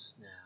now